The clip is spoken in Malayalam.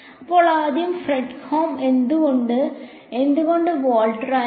അപ്പോൾ ആദ്യം ഫ്രെഡ്ഹോം എന്തുകൊണ്ട് എന്തുകൊണ്ട് വോൾട്ടറ അല്ല